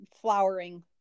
flowering